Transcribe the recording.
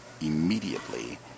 immediately